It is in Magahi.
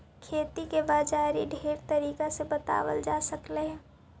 खेती के बाजारी ढेर तरीका से बताबल जा सकलाई हे